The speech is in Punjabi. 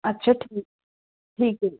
ਅੱਛਾ ਠੀ ਠੀਕ ਹੈ ਜੀ